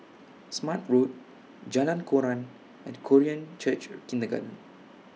Smart Road Jalan Koran and Korean Church Kindergarten